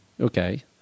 Okay